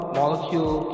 molecule